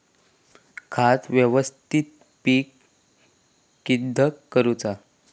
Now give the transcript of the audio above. खाता व्यवस्थापित किद्यक करुचा?